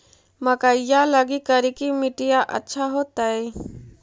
मकईया लगी करिकी मिट्टियां अच्छा होतई